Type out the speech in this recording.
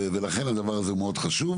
ולכן, הדבר הזה הוא מאוד חשוב.